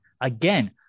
Again